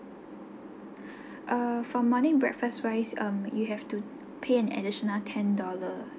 uh morning breakfast right um you have to pay an additional ten dollar